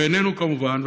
בעינינו כמובן,